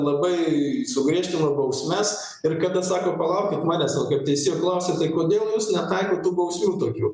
labai sugriežtino bausmes ir kada sako palaukit manęs va kaip teisėjo klausia tai kodėl jūs netaikot tų bausmių tokių